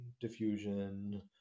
diffusion